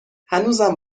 هنوزم